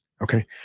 okay